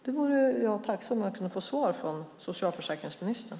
Jag vore tacksam om jag kunde få svar på det från socialförsäkringsministern.